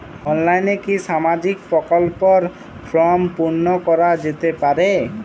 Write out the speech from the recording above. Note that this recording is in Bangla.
অনলাইনে কি সামাজিক প্রকল্পর ফর্ম পূর্ন করা যেতে পারে?